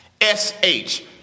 S-H